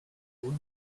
road